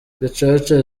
gacaca